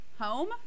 Home